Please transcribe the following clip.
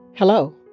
Hello